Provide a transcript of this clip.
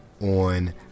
on